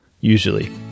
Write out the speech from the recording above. usually